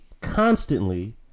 constantly